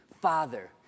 Father